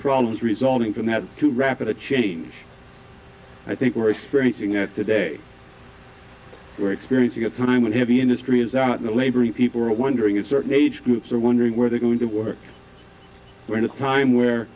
problems resulting from that too rapid a change i think we're experiencing that today we're experiencing at a time when heavy industry is out in the labor and people are wondering if certain age groups are wondering where they're going to work when the time where